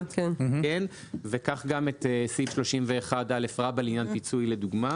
כך גם סעיף 31א לעניין פיצוי לדוגמה